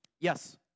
yes